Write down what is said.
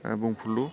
बुंफुरलु